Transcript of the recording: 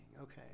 Okay